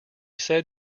said